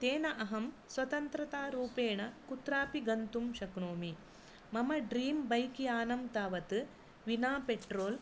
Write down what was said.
तेन अहं स्वतन्त्रतारूपेण कुत्रापि गन्तुं शक्नोमि मम ड्रीं बैक् यानं तावत् विना पेट्रोल्